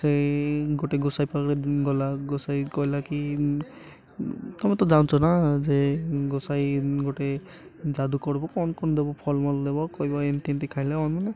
ସେଇ ଗୋଟେ ଗୋସାଇ ପାଖରେ ଗଲା ଗୋସାଇ କହିଲା କି ତମେ ତ ଜାଣିଛ ନା ଯେ ଗୋସାଇ ଗୋଟେ ଯାଦୁ କରିବ କ'ଣ କ'ଣ ଦବ ଫଳ ମୂଳ ଦେବ କହିବ ଏମିତି ଏମିତି ଖାଇଲେ ଆମ ନା